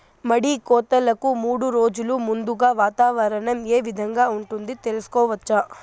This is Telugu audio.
మడి కోతలకు మూడు రోజులు ముందుగా వాతావరణం ఏ విధంగా ఉంటుంది, తెలుసుకోవచ్చా?